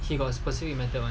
he got a specific method one